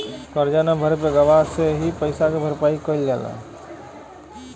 करजा न भरे पे गवाह से ही पइसा के भरपाई कईल जाला